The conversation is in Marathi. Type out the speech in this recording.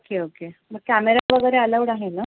ओके ओके मग कॅमेरा वगैरे अलउड आहे ना